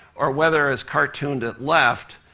or whether, as cartooned at left,